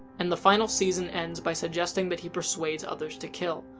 and the final season ends by suggesting that he persuades others to kill.